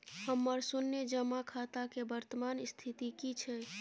हमर शुन्य जमा खाता के वर्तमान स्थिति की छै?